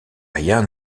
rien